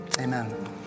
Amen